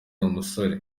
umusore